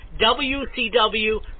WCW